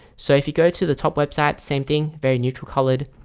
so if you go to the top website same thing very neutral colored.